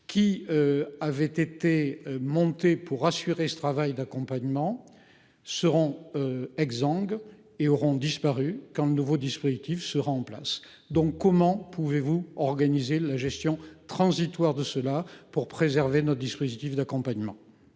qui avaient été montées pour assurer ce travail d’accompagnement seront exsangues et auront disparu quand le nouveau dispositif sera en place. De quelle manière organiserez vous la gestion transitoire de ce dispositif pour préserver notre dispositif d’accompagnement ?